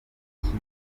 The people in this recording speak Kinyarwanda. pariki